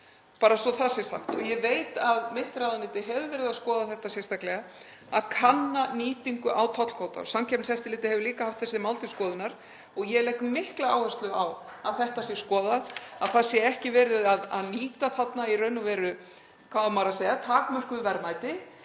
bara svo að það sé sagt. Ég veit að mitt ráðuneyti hefur verið að skoða þetta sérstaklega, að kanna nýtingu á tollkvóta. Samkeppniseftirlitið hefur líka haft þessi mál til skoðunar. Ég legg mikla áherslu á að þetta sé skoðað, að það sé ekki verið að nýta þarna í raun og veru, hvað á maður að segja, takmörkuð verðmæti